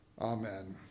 Amen